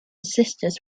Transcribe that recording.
sisters